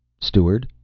steward!